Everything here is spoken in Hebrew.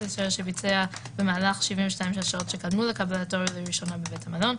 לישראל שביצע במהלך 72 השעות שקדמו לקבלתו לראשונה בבית המלון,